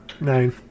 Nine